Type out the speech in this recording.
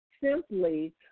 simply